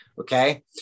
Okay